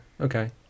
Okay